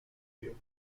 pérou